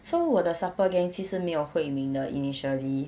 so 我的 supper gang 其实没有 hui min 的 initially